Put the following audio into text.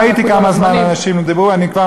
ראיתי כמה זמן אנשים דיברו, אני כבר מסיים.